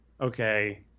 okay